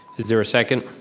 is there a second?